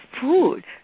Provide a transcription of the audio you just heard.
food